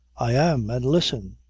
i am, and listen.